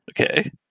Okay